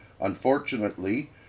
Unfortunately